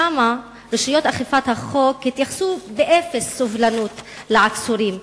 שם רשויות אכיפת החוק התייחסו באפס סובלנות לעצורים.